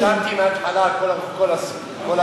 אני נרשמתי מההתחלה על כל הרשימה.